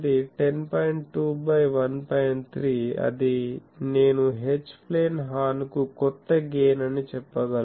3 అది నేను H plane horn కు కొత్త గెయిన్ అని చెప్పగలను